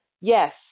Yes